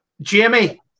Jamie